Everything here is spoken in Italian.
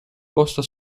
posta